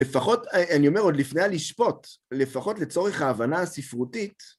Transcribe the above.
לפחות אני אומר עוד לפני הלשפוט, לפחות לצורך ההבנה הספרותית